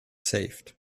saved